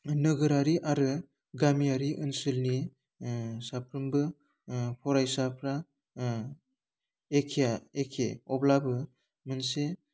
नोगोरारि आरो गामियारि ओनसोलनि ओह साफ्रोमबो ओह फरायसाफ्रा ओह एखेया एखे अब्लाबो मोनसे